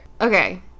okay